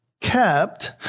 kept